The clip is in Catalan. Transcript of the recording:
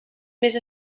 més